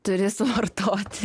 turi suvartoti